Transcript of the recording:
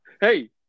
Hey